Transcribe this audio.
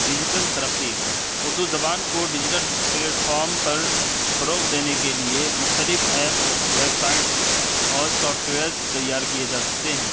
digital ترقی اردو زبان کو ڈیجیٹل پلیٹفارم پر فروغ دینے کے لیے مختلف ایپس ویبسائٹس اور سوفٹ ویئرس تیار کئے جا سکتے ہیں